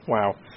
Wow